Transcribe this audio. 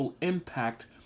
impact